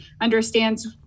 understands